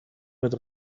mit